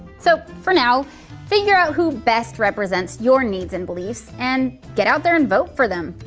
so for now figure out who best represents your needs and beliefs, and get out there and vote for them.